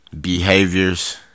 Behaviors